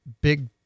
big